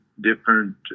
different